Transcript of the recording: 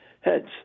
heads